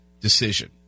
decision